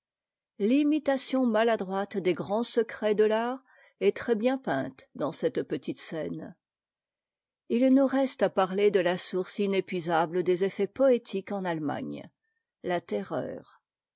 tation maladroite des grands secrets de l'art est très-bien peinte dans cette petite scène il nous reste parler de la source inépuisable des effets poétiques en allemagne la terreur